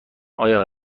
آیای